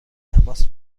تماس